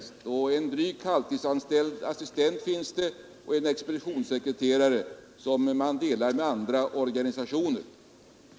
Dessutom finns här en drygt halvtidsanställd assistent och en expeditionssekreterare som man delar med andra organisationer.